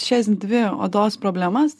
šias dvi odos problemas